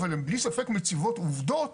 אבל הן בלי ספק מציבות עובדות